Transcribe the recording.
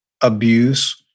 abuse